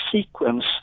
sequence